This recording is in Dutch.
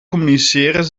communiceren